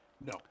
No